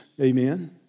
Amen